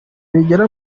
bigera